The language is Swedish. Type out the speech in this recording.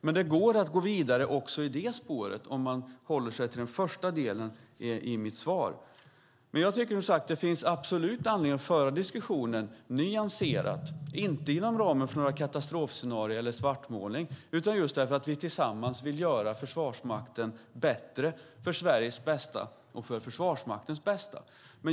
Det går dock att gå vidare också i det spåret om man håller sig till den första delen i mitt svar. Jag tycker som sagt att det absolut finns anledning att föra diskussionen nyanserat - inte inom ramen för några katastrofscenarier eller svartmålning utan just därför att vi tillsammans vill göra Försvarsmakten bättre, för Sveriges bästa och för Försvarsmaktens bästa.